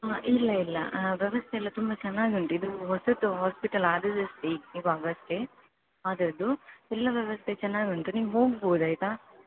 ಇಲ್ಲ ಇಲ್ಲ ವ್ಯವಸ್ಥೆಯೆಲ್ಲ ತುಂಬ ಚೆನ್ನಾಗುಂಟು ಇದು ಹೊಸತು ಹಾಸ್ಪಿಟಲ್ ಆದದ್ದಷ್ಟೇ ಇವಾಗಷ್ಟೇ ಆದದ್ದು ಎಲ್ಲ ವ್ಯವಸ್ಥೆ ಚೆನ್ನಾಗಿ ಉಂಟು ನೀವು ಹೋಗಬಹುದು ಆಯಿತಾ